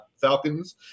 Falcons